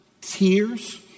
tears